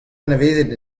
anavezet